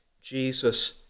Jesus